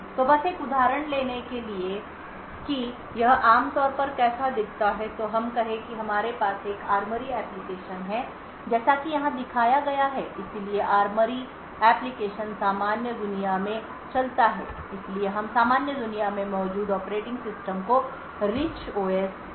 तो बस एक उदाहरण लेने के लिए कि यह आम तौर पर कैसा दिखता है तो हम कहें कि हमारे पास एक ARMORY एप्लिकेशन है जैसा कि यहां दिखाया गया है इसलिए ARMORY एप्लिकेशन सामान्य दुनिया में चलता है इसलिए हम सामान्य दुनिया में मौजूद ऑपरेटिंग सिस्टम को रिच ओएस कहते हैं